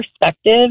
perspective